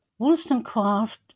Wollstonecraft